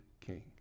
king